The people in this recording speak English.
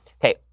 Okay